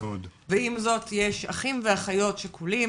ועם זאת, יש אחים ואחיות שכולים